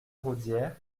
raudière